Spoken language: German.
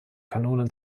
kanonen